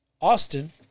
Austin